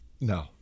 No